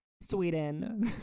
Sweden